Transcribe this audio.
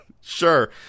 Sure